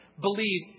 Believe